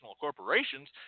corporations